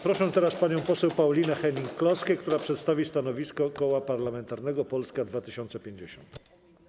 Proszę teraz panią poseł Paulinę Hennig-Kloskę, która przedstawi stanowisko Koła Parlamentarnego Polska 2050.